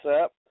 up